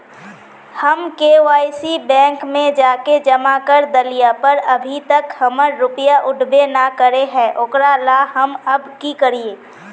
हम KYC bank में जाके जमा कर देलिए पर अभी तक हमर रुपया उठबे न करे है ओकरा ला हम अब की करिए?